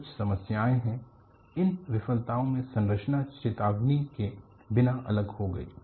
कुछ समानताएँ हैं इन विफलताओं में संरचना चेतावनी के बिना अलग हो गईं